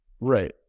Right